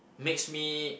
makes me